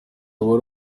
wari